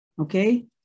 Okay